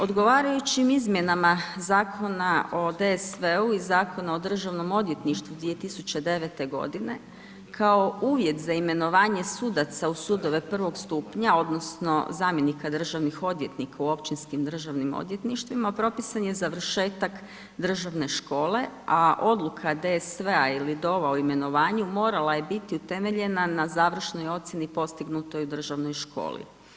Odgovarajućih izmjenama Zakona o DSV-u i Zakona o Državnom odvjetništvu 2009. g. kao uvjet za imenovanje sudaca u sudove prvog stupa odnosno, zamjenika državnih odvjetnika, u Općinskim državnih odvjetništva, propisan je završetak, državne škole, a odluka DSV-a ili … o imenovanju, morala je biti utemeljena na završnoj ocjeni postignutoj u državnoj školi.